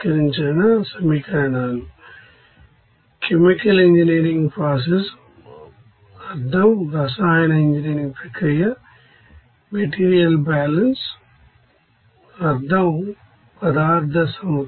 ఇంతకు ముందు ఉదాహరణలో మీకు తెలిసిన దానిని మేం మీకు తెలియజేశాం ఈ సందర్భంలో ఇది మీకు తెలియదు మరియు ఎక్స్ బి డి కూడా మీకు తెలియదు